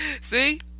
see